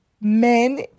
men